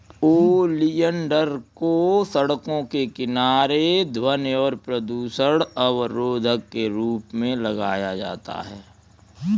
oleander को सड़कों के किनारे ध्वनि और प्रदूषण अवरोधक के रूप में लगाया जाता है